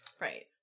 Right